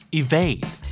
evade